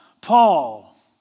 Paul